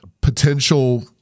potential